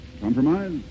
Compromise